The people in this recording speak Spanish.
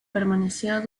permaneció